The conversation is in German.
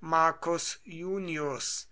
marcus iunius